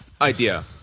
idea